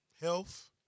Health